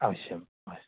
अवश्यम्